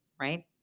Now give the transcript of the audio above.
right